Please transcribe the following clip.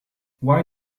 why